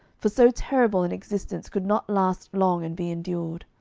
for so terrible an existence could not last long and be endured.